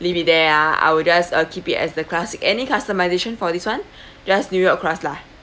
leave it there ah I will just uh keep it as the classic any customisation for this [one] just new york crust lah